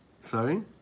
Sorry